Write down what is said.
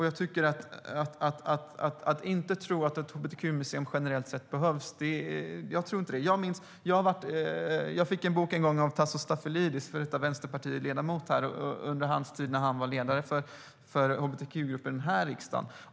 Jag tror inte att det är så att ett hbtq-museum inte behövs generellt sett. Jag fick en bok en gång av Tasso Stafilidis, före detta vänsterpartiledamot här, under den tid då han var ledare för hbtq-gruppen i riksdagen.